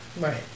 right